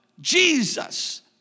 Jesus